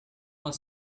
was